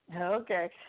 Okay